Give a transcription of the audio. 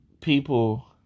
people